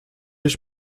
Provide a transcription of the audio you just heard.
ich